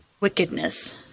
wickedness